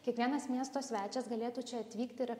kiekvienas miesto svečias galėtų čia atvykt ir